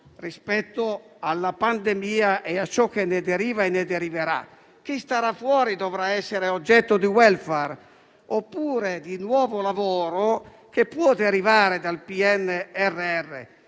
rispetto alla pandemia e a ciò che ne deriva e ne deriverà. Chi starà fuori dovrà essere oggetto di *welfare* oppure di nuovo lavoro, che può derivare dal PNRR,